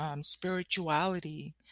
Spirituality